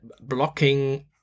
blocking